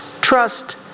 Trust